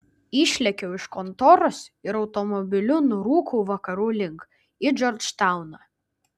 išlėkiau iš kontoros ir automobiliu nurūkau vakarų link į džordžtauną